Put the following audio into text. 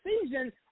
season